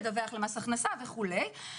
לדווח למס הכנסה וכולי.